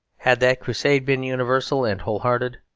had that crusade been universal and whole-hearted,